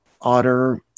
otter